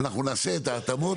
אנחנו נעשה את ההתאמות,